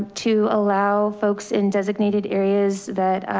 to allow folks in designated areas that